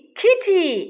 kitty